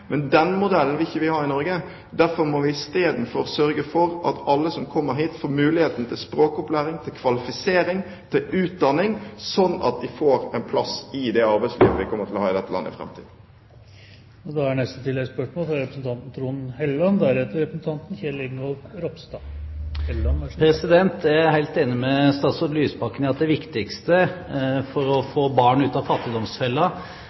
Den modellen vil vi ikke ha i Norge. Derfor må vi istedenfor sørge for at alle som kommer hit, får muligheten til språkopplæring, til kvalifisering og til utdanning, sånn at de får en plass i det arbeidsmarkedet vi kommer til å ha i dette landet i framtiden. Trond Helleland – til oppfølgingsspørsmål. Jeg er helt enig med statsråd Lysbakken i at det viktigste for å få barn ut av fattigdomsfella